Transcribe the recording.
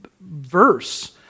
verse